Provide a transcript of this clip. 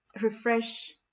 refresh